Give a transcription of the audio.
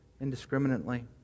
indiscriminately